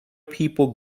people